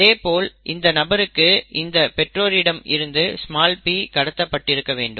அதேபோல் இந்த நபருக்கு இந்த பெற்றோரிடம் இருந்து p கடத்தப்பட்டிருக்க வேண்டும்